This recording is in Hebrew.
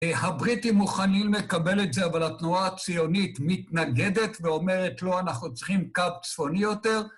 הבריטים מוכנים לקבל את זה, אבל התנועה הציונית מתנגדת ואומרת, לא, אנחנו צריכים קו צפוני יותר.